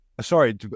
sorry